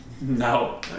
No